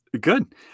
Good